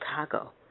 Chicago